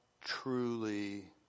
truly